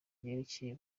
ryerekeye